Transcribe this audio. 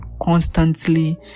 constantly